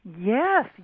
Yes